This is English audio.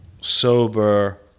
sober